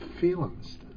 feelings